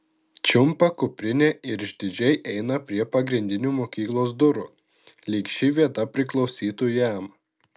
čiumpa kuprinę ir išdidžiai eina prie pagrindinių mokyklos durų lyg ši vieta priklausytų jam